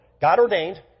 God-ordained